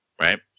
right